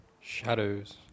Shadows